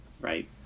right